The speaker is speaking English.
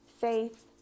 faith